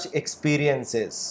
experiences